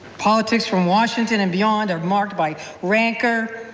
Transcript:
politics from washington and beyond are marked by rancor,